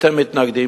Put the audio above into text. אתם מתנגדים?